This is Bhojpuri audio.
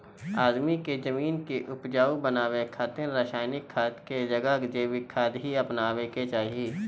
आदमी के जमीन के उपजाऊ बनावे खातिर रासायनिक खाद के जगह जैविक खाद ही अपनावे के चाही